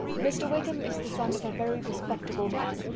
mr. wickham is the son of a very respectable man,